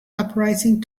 uprising